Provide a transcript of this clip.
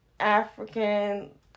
african